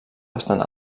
bastant